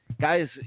Guys